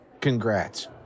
congrats